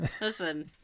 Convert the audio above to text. Listen